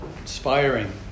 inspiring